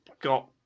got